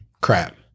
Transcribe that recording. Crap